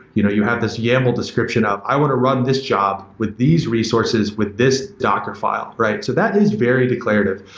you know you have this yaml description of, i want to run this job with these resources, with this docker file. so that is very declarative.